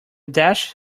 dash